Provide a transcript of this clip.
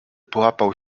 połapał